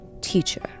Teacher